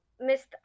missed